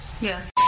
Yes